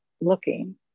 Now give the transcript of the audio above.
looking